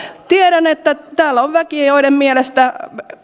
tiedän että täällä on väkeä joiden mielestä